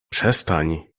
przestań